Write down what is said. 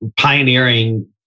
pioneering